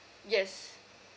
yes